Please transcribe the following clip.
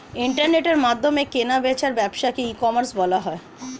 ইন্টারনেটের মাধ্যমে কেনা বেচার ব্যবসাকে ই কমার্স বলা হয়